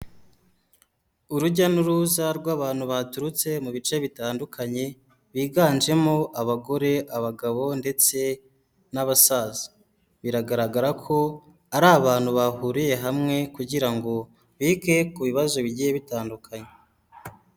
Urujya n'uruza rw'abantu baturutse mu bice bitandukanye, biganjemo abagore, abagabo ndetse n'abasaza, biragaragara ko ari abantu bahuriye hamwe kugira ngo bige ku bibazo bigiye bitandukanye.